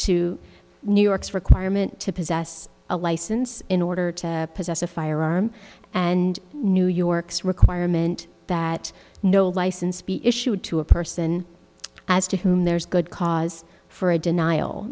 to new york's requirement to possess a license in order to possess a firearm and new york's requirement that no license be issued to a person as to whom there is good cause for a denial